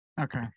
Okay